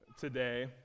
today